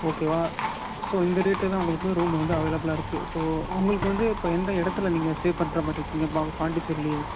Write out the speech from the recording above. ஓகேவா ஸோ இந்த ரேட்டில்தான் உங்களுக்கு ரூம் வந்து அவைலபுளாக இருக்குது ஸோ உங்களுக்கு வந்து இப்போ எந்த இடத்துல நீங்கள் ஸ்டே பண்ணுற மாதிரி இருக்கீங்க பா பாண்டிச்சேரிலேயே